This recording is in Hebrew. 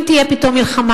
אם תהיה פתאום מלחמה,